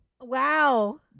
Wow